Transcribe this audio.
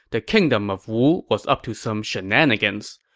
the kingdom of wu was up to some shenanigans.